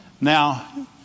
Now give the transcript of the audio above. Now